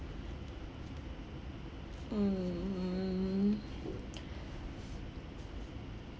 mm